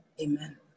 Amen